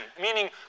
meaning